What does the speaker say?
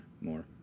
more